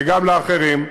וגם לאחרים,